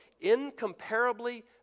incomparably